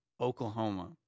Oklahoma